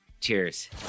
cheers